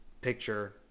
picture